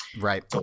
Right